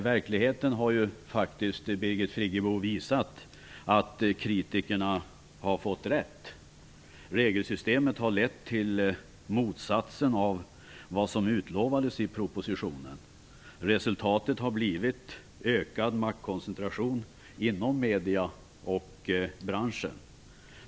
Verkligheten, Birgit Friggebo, har visat att kritikerna hade rätt. Regelsystemet har lett till motsatsen jämfört med vad som utlovades i propositionen. Resultatet har blivit ökad maktkoncentration inom mediebranschen.